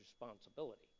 responsibility